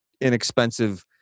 inexpensive